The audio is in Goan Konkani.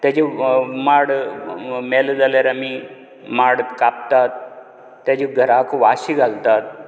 तेजे माड मेलो जाल्यार आमी माड कापतात तेजे घराक वांशे घालतात